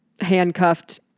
handcuffed